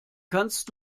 kannst